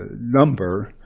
ah number,